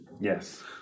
Yes